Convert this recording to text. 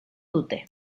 dute